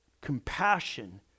compassion